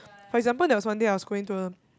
for example there was one day I was going to a